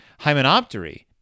hymenoptery